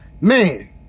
Man